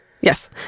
Yes